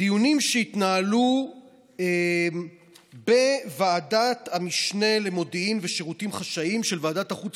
דיונים שהתנהלו בוועדת המשנה למודיעין ולשירותים חשאיים של ועדת החוץ